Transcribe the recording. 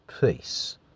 Peace